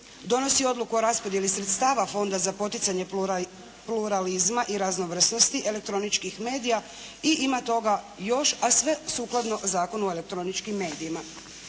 Donosi odluku o raspodjeli sredstava Fonda za poticanje pluralizma i raznovrsnosti elektroničkih medija i ima toga još, a sve sukladno Zakonu o elektroničkim medijima.